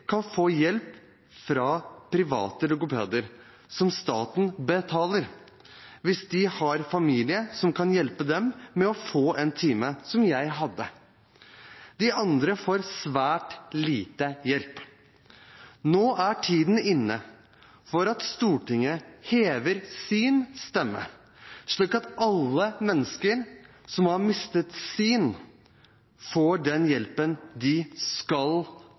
kan få hjelp fra private logopeder, som staten betaler – hvis de har familie som kan hjelpe dem med å få en time, som jeg hadde. De andre får svært lite hjelp. Nå er tiden inne for at Stortinget hever sin stemme, slik at alle mennesker som har mistet sin, får den hjelpen de skal